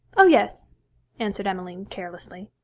oh, yes answered emmeline, carelessly.